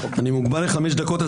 אני מוגבל לחמש דקות,